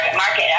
Market